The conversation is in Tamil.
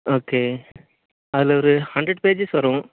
ஓகே அதில் ஒரு ஹண்ட்ரட் பேஜஸ் வரும்